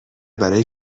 برای